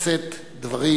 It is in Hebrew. לשאת דברים,